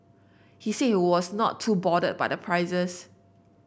he said he was not too bothered by the prices